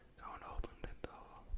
don't open the door.